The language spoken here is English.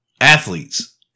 Athletes